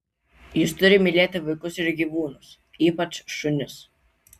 jis turi mylėti vaikus ir gyvūnus ypač šunis